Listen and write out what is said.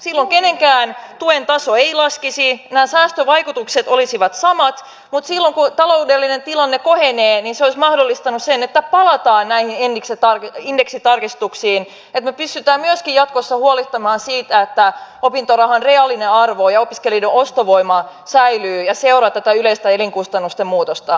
silloin kenenkään tuen taso ei laskisi nämä säästövaikutukset olisivat samat mutta silloin kun taloudellinen tilanne kohenee niin se olisi mahdollistanut sen että palataan näihin indeksitarkistuksiin että me pystymme myöskin jatkossa huolehtimaan siitä että opintorahan reaalinen arvo ja opiskelijoiden ostovoima säilyvät ja seuraavat tätä yleistä elinkustannusten muutosta